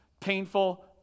painful